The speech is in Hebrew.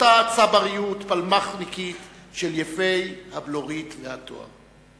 אותה צבריות פלמ"חניקית של יפי הבלורית והתואר.